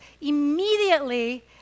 immediately